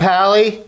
Pally